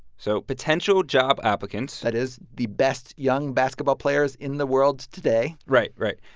so potential job applicants. that is, the best young basketball players in the world today right. right.